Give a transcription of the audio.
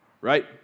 right